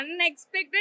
unexpected